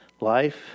life